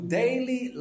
daily